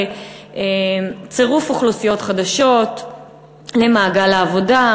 צירוף אוכלוסיות חדשות למעגל העבודה,